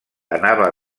anava